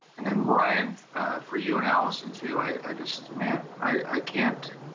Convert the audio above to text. then ryan for you and alison too, i just man, i can't